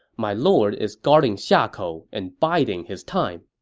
my lord is guarding xiakou and biding his time.